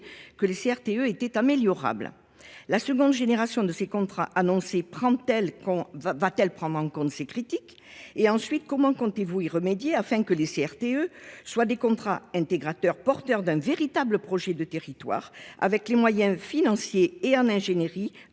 que les CRTE étaient « améliorables ». La seconde génération de ces contrats annoncée prendra t elle en compte ces critiques ? Comment comptez vous remédier à ces défauts pour que les CRTE soient des contrats intégrateurs porteurs d’un véritable projet de territoire, avec les moyens financiers et en ingénierie